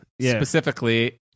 specifically